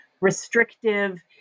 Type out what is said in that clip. restrictive